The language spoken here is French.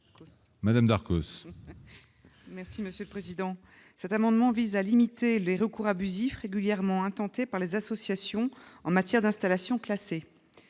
madame Darcos.